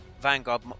vanguard